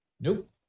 Nope